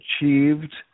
achieved